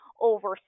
over